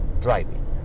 driving